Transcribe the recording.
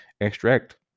extract